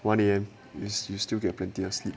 one A_M is you still get plenty of sleep